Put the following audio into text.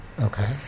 Okay